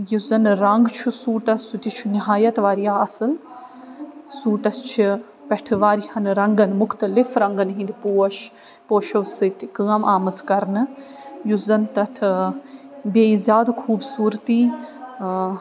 یُس زَن رنٛگ چھُ سوٗٹس سُہ تہِ چھُ نِہایت واریاہ اَصٕل سوٗٹَس چھِ پٮ۪ٹھٕ واریاہن رنٛگن مختلف رنٛگن ہِنٛدۍ پوش پوشو سۭتۍ تہِ کٲم آمٕژ کرنہٕ یُس زَن تَتھ بیٚیہِ زیادٕ خوٗبصوٗرتی